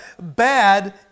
Bad